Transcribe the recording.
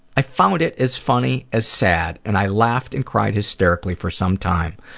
i found it as funny as sad and i laughed and cried hysterically for some time.